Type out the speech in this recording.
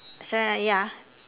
so~ ya